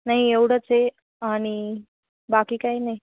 नाही एवढंच आहे आणि बाकी काही नाही